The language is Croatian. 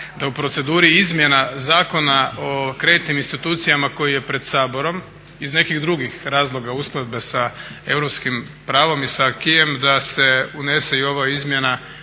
da u proceduri izmjena Zakona o kreditnim institucijama koji je pred Saborom iz nekih drugih razloga, uskladbe sa europskim pravom i sa acqisom da se unese i ova izmjena